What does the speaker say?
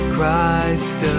Christ